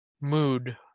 mood